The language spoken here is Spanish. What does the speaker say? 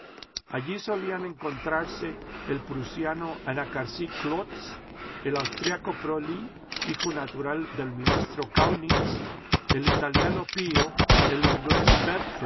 allí solían encontrarse el prusiano anacarsis clootz el austríaco proly hijo natural del ministro kaunitz el italiano pío el inglés